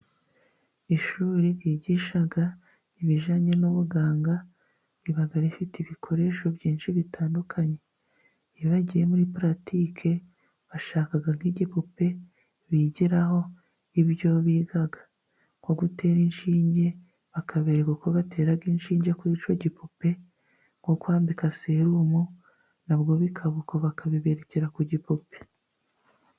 Ishuri ryigisha ibijyananye n'ubuganga riba rifite ibikoresho byinshi bitandukanye, nk'iyo bagiye muri puratike bashaka nk'igipupe bigiraho ibyo biga, nko gutera inshinge bakabereka uko batera inshinge kuri icyo gipupe, nko kwambika serumu nabwo bikaba uko bakabiberekera ku gipupe.